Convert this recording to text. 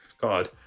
God